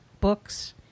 books